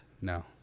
No